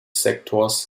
sektors